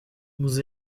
vous